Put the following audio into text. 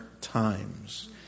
times